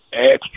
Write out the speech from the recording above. extra